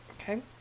okay